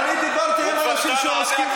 הרי דיברתי עם אנשים שעוסקים,